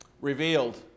revealed